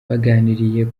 baganiriye